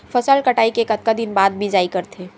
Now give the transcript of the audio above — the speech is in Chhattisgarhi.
फसल कटाई के कतका दिन बाद मिजाई करथे?